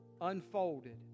unfolded